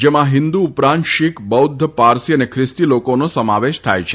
જેમાં હિંદુ ઉપરાંત શિખ બૌધ્ધ પારસી અને ખ્રિસ્તી લોકોનો સમાવેશ થાય છે